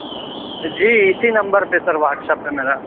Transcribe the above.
جی اِسی نمبر پہ sir WhatsApp ہے میرا